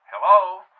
Hello